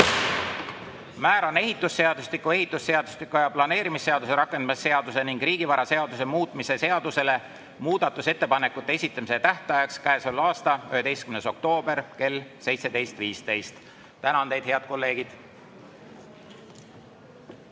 ehitusseadustiku, ehitusseadustiku ja planeerimisseaduse rakendamise seaduse ning riigivaraseaduse muutmise seaduse muudatusettepanekute esitamise tähtajaks käesoleva aasta 11. oktoobri kell 17.15. Tänan teid, head kolleegid!